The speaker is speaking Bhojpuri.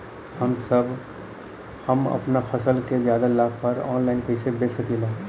हम अपना फसल के ज्यादा लाभ पर ऑनलाइन कइसे बेच सकीला?